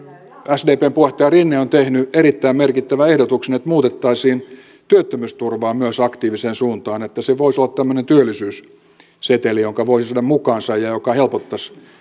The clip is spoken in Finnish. sdpn puheenjohtaja rinne on tehnyt erittäin merkittävän ehdotuksen että muutettaisiin työttömyysturvaa myös aktiiviseen suuntaan se voisi olla tämmöinen työllisyysseteli jonka voisi saada mukaansa ja joka helpottaisi